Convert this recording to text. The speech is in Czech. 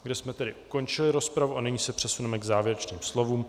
Zde jsme tedy ukončili rozpravu a nyní se přesuneme k závěrečným slovům.